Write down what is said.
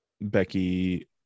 Becky